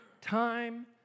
time